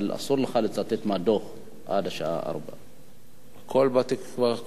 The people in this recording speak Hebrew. אבל אסור לך לצטט מהדוח עד לשעה 16:00. הכול בספרים,